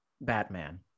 Batman